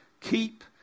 keep